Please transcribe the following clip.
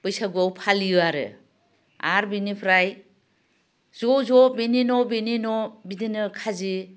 बैसागुआव फालियो आरो आरो बिनिफ्राय ज' ज' बिनि न' बिनि न' बिदिनो खाजि